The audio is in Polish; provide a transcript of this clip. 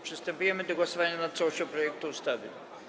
Przystępujemy do głosowania nad całością projektu ustawy.